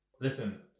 Listen